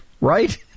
Right